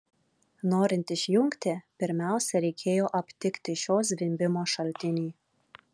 norint išjungti pirmiausia reikėjo aptikti šio zvimbimo šaltinį